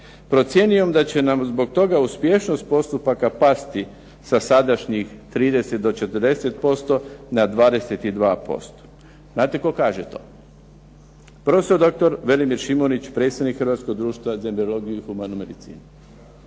Procjenjujem da će nam zbog toga uspješnost postupaka pasti sa sadašnjih 30 do 40% na 22%. Znate tko kaže to? Profesor doktor Velimir Šimunić, predsjednik Hrvatskog društva za …/Govornik se ne